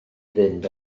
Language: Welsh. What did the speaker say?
fynd